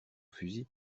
fusil